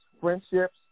friendships